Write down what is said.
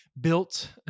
built